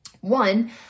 one